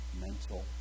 mental